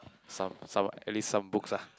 some some at least some books lah